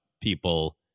people